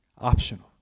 optional